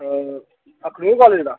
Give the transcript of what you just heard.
Akhnoor college दा